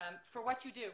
על מה שאתם עושים,